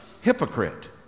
hypocrite